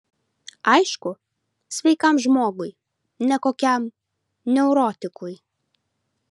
aišku sveikam žmogui ne kokiam neurotikui